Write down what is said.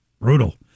Brutal